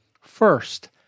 First